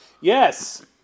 Yes